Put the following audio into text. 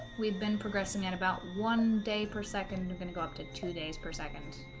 we've been progressing at about one day per second you're gonna go up to two days per second